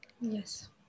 Yes